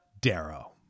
Darrow